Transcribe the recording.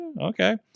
okay